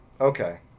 Okay